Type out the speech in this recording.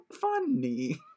funny